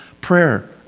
prayer